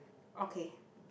okay